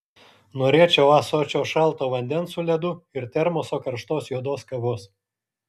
norėčiau ąsočio šalto vandens su ledu ir termoso karštos juodos kavos